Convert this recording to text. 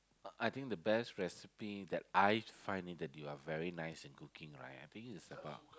I I think the best recipe that I find it that you are very nice in coking right I think is about